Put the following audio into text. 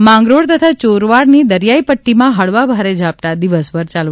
માંગરોળ તથા ચોરવાડની દરિયાઇ પટ્ટીમાં હળવા ભારે ઝાપટાં દિવસભર ચાલ્ રહ્યાં છે